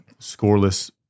scoreless